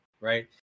right